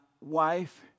wife